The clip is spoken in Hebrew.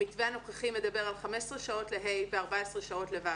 המתווה הנוכחי מדבר על 15 שעות לכיתות ה' ועל 14 שעות ל-ו'.